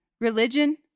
religion